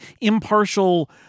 impartial